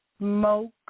Smoke